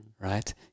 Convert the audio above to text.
right